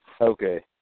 Okay